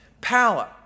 power